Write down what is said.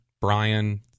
Brian